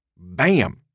Bam